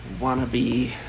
wannabe